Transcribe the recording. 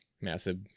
massive